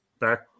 back